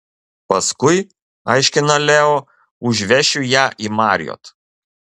paskui aiškina leo užvešiu ją į marriott